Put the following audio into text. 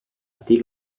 dei